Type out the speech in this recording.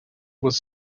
was